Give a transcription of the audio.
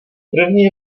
první